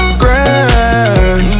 grand